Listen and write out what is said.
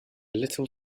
little